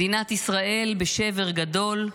מדינת ישראל בשבר גדול,